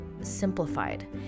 simplified